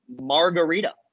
margarita